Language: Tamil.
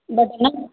பட் என்னங்க